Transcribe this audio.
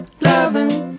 Loving